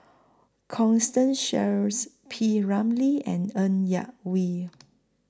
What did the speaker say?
Constance Sheares P Ramlee and Ng Yak Whee